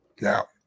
Now